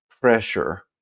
pressure